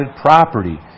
property